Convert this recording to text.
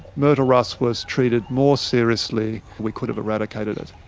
myrtle rust was treated more seriously, we could have eradicated it.